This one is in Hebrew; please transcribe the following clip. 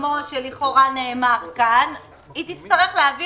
כמו שלכאורה נאמר כאן - היא תצטרך להביא